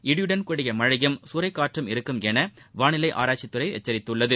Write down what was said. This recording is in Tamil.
இடியுடன் கூடிய மழையும் சூறைக்காற்றும் இருக்கும் என வாளிலை ஆராய்ச்சித் துறை எச்சரித்துள்ளது